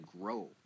grow